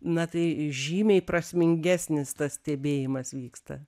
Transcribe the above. na tai žymiai prasmingesnis tas stebėjimas vyksta